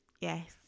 Yes